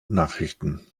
nachrichten